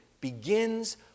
begins